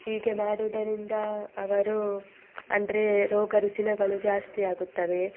ಹೀಗೆ ಮಾಡುವುದರಿಂದ ಅವರು ಅಂದರೆ ರೋಗ ರುಜಿನಗಳು ಜಾಸ್ತಿ ಆಗುತ್ತವೆ